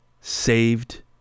saved